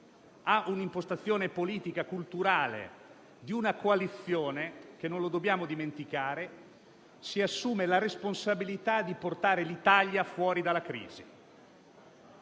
ha l'impostazione politica e culturale di una coalizione che - non lo dobbiamo dimenticare - si assume la responsabilità di portare l'Italia fuori dalla crisi.